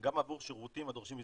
גם עבור שירותים הדורשים הזדהות.